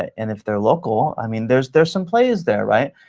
and if they're local, i mean, there's there's some plays there, right?